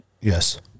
Yes